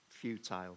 futile